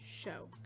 show